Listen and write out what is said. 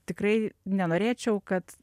tikrai nenorėčiau kad